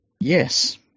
Yes